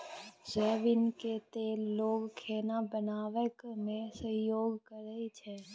सोयाबीनक तेल केँ लोक खेनाए बनेबाक मे सेहो प्रयोग करै छै